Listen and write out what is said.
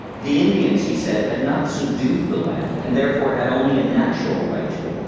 the indians, he said, had not subdued the land, and therefore had only a natural right to it,